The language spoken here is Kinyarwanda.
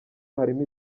harimo